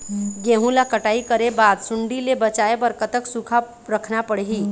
गेहूं ला कटाई करे बाद सुण्डी ले बचाए बर कतक सूखा रखना पड़ही?